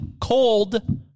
cold